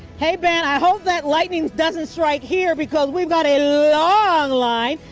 hey, ben, i hope that lightning doesn't strike here because we've got a long line,